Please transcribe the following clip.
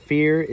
Fear